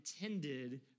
intended